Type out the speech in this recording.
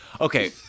Okay